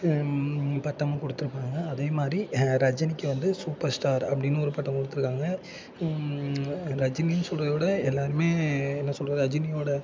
பட்டமும் கொடுத்துருப்பாங்க அதேமாதிரி ரஜினிக்கு வந்து சூப்பர் ஸ்டார் அப்படின்னு ஒரு பட்டம் கொடுத்துருக்காங்க ரஜினின்னு சொல்கிறத விட எல்லாருமே என்ன சொல்கிறது ரஜினியோடய